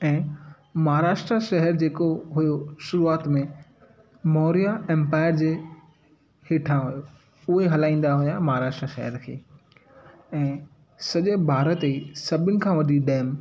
ऐं महाराष्ट्रा शहर जेको हुओ शुरूआति में मोर्या एंपायर जे हेठां हुओ उहे हलाईंदा हुआ महाराष्ट्रा शहर खे ऐं सॼे भारत ई सभिनि खां वॾी डेम